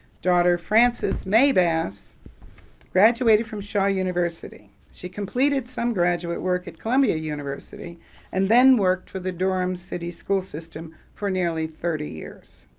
daughter frances mae bass graduated from shaw university. she completed some graduate work at columbia university and then worked for the durham city school system for nearly thirty years.